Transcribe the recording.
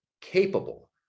capable